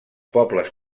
pobles